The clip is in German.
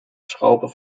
schraube